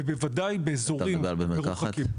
ובוודאי באזורים רחוקים.